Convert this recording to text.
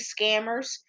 scammers